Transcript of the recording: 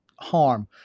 harm